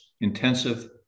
intensive